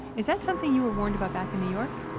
is that something you were warned about back in new york,